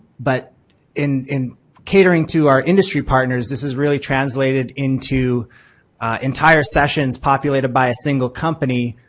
but in in catering to our industry partners, this has really translated into entire sessions populated by a single company